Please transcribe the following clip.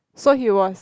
so he was